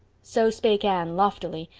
so spake anne loftily,